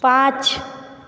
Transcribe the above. पाँच